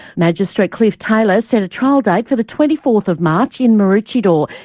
magistrate cliff taylor set a trial date for the twenty fourth of march in maroochydore.